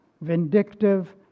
vindictive